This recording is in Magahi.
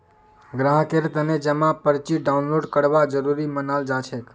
ग्राहकेर तने जमा पर्ची डाउनलोड करवा जरूरी मनाल जाछेक